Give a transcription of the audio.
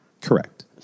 Correct